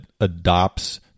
adopts